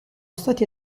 stati